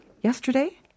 yesterday